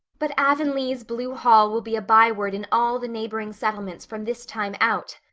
but avonlea's blue hall will be a byword in all the neighboring settlements from this time out,